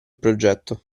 progetto